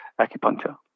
acupuncture